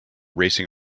racing